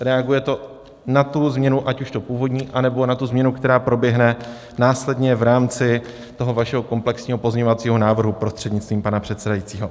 Reaguje to na tu změnu ať už tu původní, nebo tu změnu, která proběhne následně v rámci toho vašeho komplexního pozměňovacího návrhu, prostřednictvím pana předsedajícího.